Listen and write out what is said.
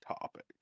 topic